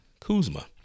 Kuzma